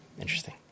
Interesting